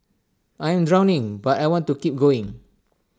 I am drowning but I want to keep going